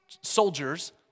soldiers